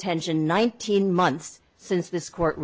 detention nineteen months since this court